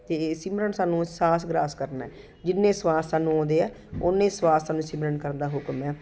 ਤਾਂ ਸਿਮਰਨ ਸਾਨੂੰ ਸਾਸ ਗਰਾਸ ਕਰਨਾ ਜਿੰਨੇ ਸਵਾਸ ਸਾਨੂੰ ਆਉਂਦੇ ਆ ਉੰਨੇ ਸਵਾਸ ਸਾਨੂੰ ਸਿਮਰਨ ਕਰਨ ਦਾ ਹੁਕਮ ਆ